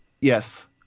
Yes